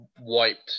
wiped